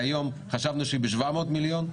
והיום חשבנו שהיא ב-700 מיליון,